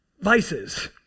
vices